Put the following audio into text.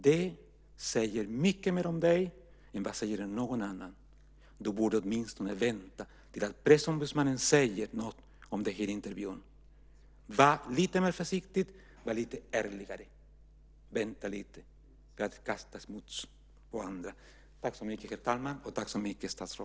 Det säger mycket mer om dig än vad det säger om någon annan. Du borde åtminstone vänta till dess att Pressombudsmannen säger något om intervjun. Var lite mer försiktig! Var lite ärligare! Vänta lite med att kasta smuts på andra.